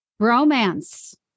Bromance